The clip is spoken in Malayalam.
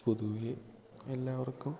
പൊതുവേ എല്ലാവർക്കും